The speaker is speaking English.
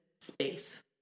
space